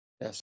Yes